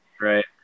Right